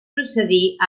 procedir